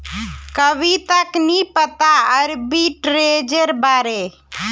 कविताक नी पता आर्बिट्रेजेर बारे